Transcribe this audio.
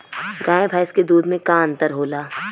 गाय भैंस के दूध में का अन्तर होला?